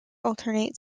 alternate